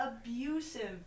abusive